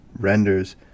renders